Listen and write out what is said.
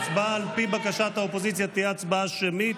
ההצבעה, על פי בקשת האופוזיציה, תהיה הצבעה שמית.